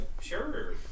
sure